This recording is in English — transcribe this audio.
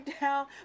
down